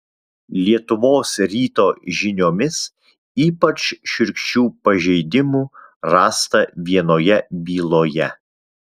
lietuvos ryto žiniomis ypač šiurkščių pažeidimų rasta vienoje byloje